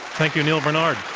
thank you, neal barnard.